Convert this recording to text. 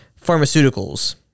Pharmaceuticals